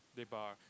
Lebar